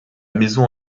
maison